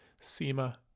SEMA